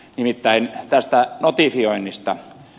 nimittäin tästä notifioinnista